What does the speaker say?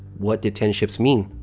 what did ten ships mean?